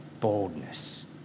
boldness